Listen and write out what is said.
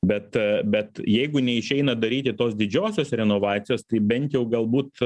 bet bet jeigu neišeina daryti tos didžiosios renovacijos tai bent jau galbūt